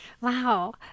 Wow